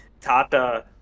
tata